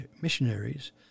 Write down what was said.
missionaries